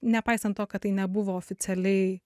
nepaisant to kad tai nebuvo oficialiai